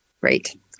Great